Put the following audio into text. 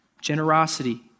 Generosity